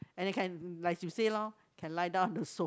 and you can like you said lor can lie down on the so~